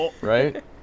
right